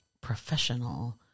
professional